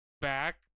Back